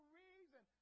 reason